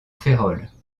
férolles